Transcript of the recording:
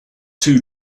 two